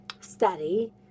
study